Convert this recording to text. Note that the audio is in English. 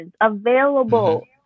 available